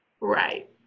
Right